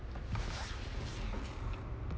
s